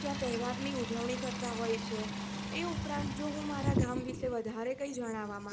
ત્યાં તહેવારની ઉજવણી કરતા હોય છે એ ઉપરાંત જો હું મારાં ગામ વિશે વધારે કંઈ જણાવવા માગું